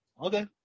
Okay